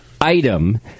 item